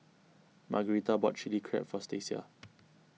Margarita bought Chili Crab for Stacia